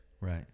Right